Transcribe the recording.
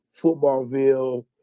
footballville